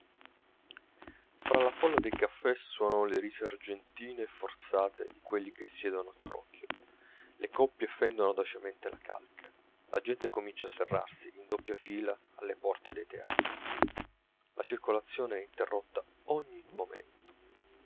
fra la folla dei caffè suonano le risa argentine e forzate di quelle che siedono a crocchio le coppie fendono audacemente la calca la gente comincia a serrarsi in doppia fila alle porte dei teatri la circolazione è interrotta ogni momento